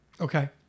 Okay